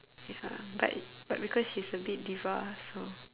ya but but because she's a bit diva so